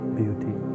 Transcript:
beauty